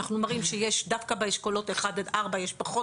אנחנו מראים שיש דווקא באשכולות 1-4 יש פחות